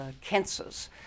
cancers